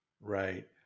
Right